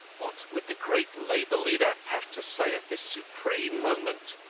what would the great labour leader have to say at this supreme moment?